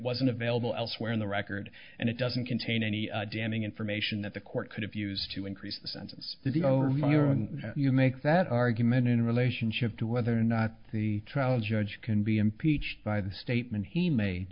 wasn't available elsewhere in the record and it doesn't contain any damning information that the court could have used to increase the sentence that the you make that argument in relationship to whether or not the trial judge can be impeached by the statement he made